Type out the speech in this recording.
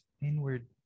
inward